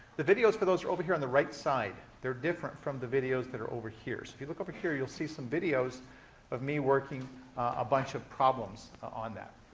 the videos for those are over here on the right side. they're different from the videos that are over here. so if you look over here, you'll see some videos of me working a bunch of problems on that.